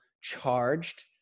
charged